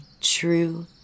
true